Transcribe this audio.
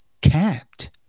capped